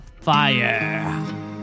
Fire